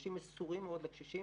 אנשים מסורים מאוד לקשישים